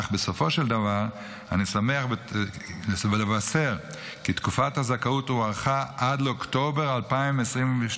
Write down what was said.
אך בסופו של דבר אני שמח לבשר כי תקופת הזכאות הוארכה עד לאוקטובר 2026,